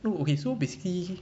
no okay so basically